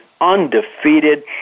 undefeated